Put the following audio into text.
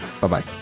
bye-bye